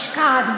השקעת,